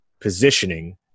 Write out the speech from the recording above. positioning